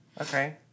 Okay